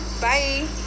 Bye